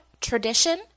Tradition